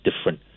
different